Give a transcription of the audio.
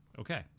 Okay